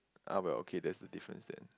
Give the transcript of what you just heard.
ah well okay that's the difference then